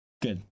Good